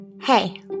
Hey